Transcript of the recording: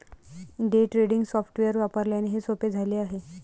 day trading software वापरल्याने हे सोपे झाले आहे